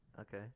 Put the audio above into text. okay